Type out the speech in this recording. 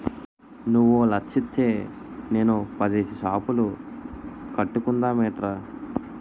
నువ్వో లచ్చిత్తే నేనో పదేసి సాపులు కట్టుకుందమేట్రా